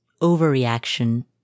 overreaction